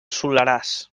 soleràs